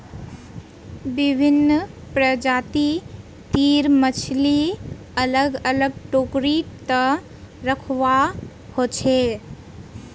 विभिन्न प्रजाति तीर मछली अलग अलग टोकरी त रखवा हो छे